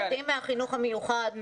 ילדים מהחינוך המיוחד,